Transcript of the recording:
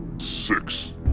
Six